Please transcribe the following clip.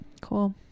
cool